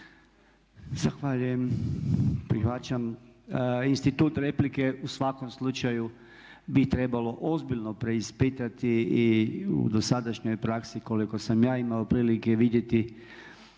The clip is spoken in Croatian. Zahvaljujem. Prihvaćam. Institut replike u svakom slučaju bi trebalo ozbiljno preispitati i u dosadašnjoj praksi koliko sam ja imao prilike vidjeti